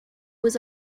was